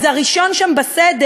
אז הראשון שם בסדר,